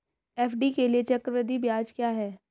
FD के लिए चक्रवृद्धि ब्याज क्या है?